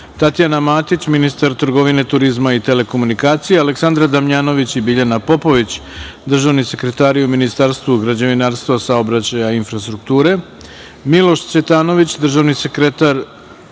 Tatjana Matić, ministar trgovine, turizma i telekomunikacije, Aleksandra Damjanović i Biljana Popović, državni sekretari u Ministarstvu građevinarstva, saobraćaja i infrastrukture, Miloš Cvetanović, državni sekretar